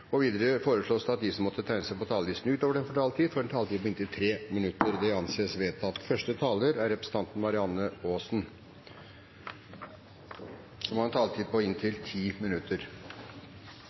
regjeringen. Videre foreslås det at de som måtte tegne seg på talerlisten utover den fordelte taletid, får en taletid på inntil 3 minutter. – Det anses vedtatt.